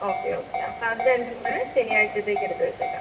okay okay അപ്പം അത് രണ്ടും കൂടെ ശനിയാഴ്ച്ചത്തേക്കെടുത്ത് വെച്ചേക്കാം